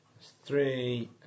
three